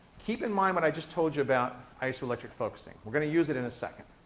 keep in mind what i just told you about isoelectric focusing. we're going to use it in a second.